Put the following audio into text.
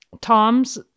Toms